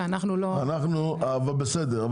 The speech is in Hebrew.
שאנחנו לא --- אבל בסדר,